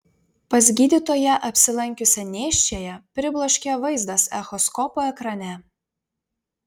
pas gydytoją apsilankiusią nėščiąją pribloškė vaizdas echoskopo ekrane